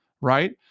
Right